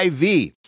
IV